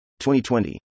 2020